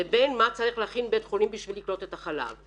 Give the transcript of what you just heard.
לבין מה צריך להכין בית חולים כדי לקלוט את החלב.